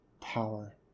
Power